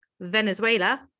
Venezuela